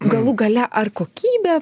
galų gale ar kokybė